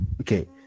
Okay